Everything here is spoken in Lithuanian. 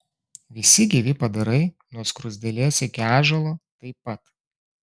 visi gyvi padarai nuo skruzdėlės iki ąžuolo taip pat